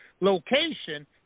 location